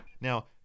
now